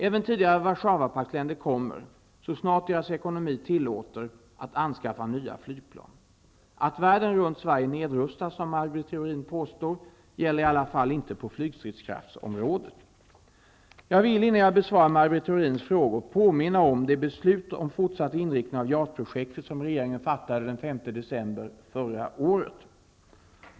Även tidigare Warszawapaktsländer kommer -- så snart deras ekonomi tillåter -- att anskaffa nya flygplan. Att världen runt Sverige nedrustar -- som Maj Britt Theorin påstår -- gäller i alla fall inte på flygstridskraftsområdet. Jag vill, innan jag besvarar Maj Britt Theorins frågor, påminna om det beslut om fortsatt inriktning av JAS-projektet som regeringen fattade den 5 december förra året.